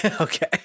Okay